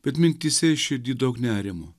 bet mintyse i širdy daug nerimo